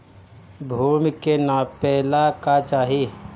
भूमि के नापेला का चाही?